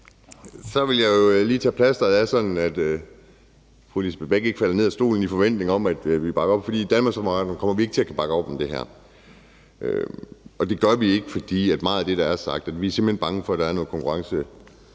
vil jeg jo lige tage plastret af, så fru Lisbeth Bech-Nielsen ikke falder ned af stolen i forventning om, at vi bakker op om forslaget, for i Danmarksdemokraterne kommer vi ikke til at kunne bakke op om det her. Og det gør vi ikke på grund af meget af det, der er sagt. Vi er simpelt hen bange for, at der er noget konkurrenceforvridende